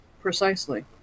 Precisely